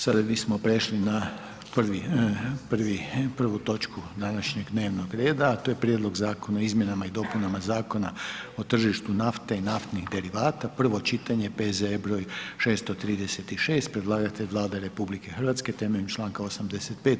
Sada bismo prešli na 1. točku današnjeg dnevnog reda a to je: - Prijedlog zakona o Izmjenama i dopunama Zakona o tržištu nafte i naftnih derivata, prvo čitanje, P.Z.E. br. 636; Predlagatelj Vlada RH temeljem članka 85.